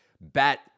bet